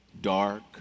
dark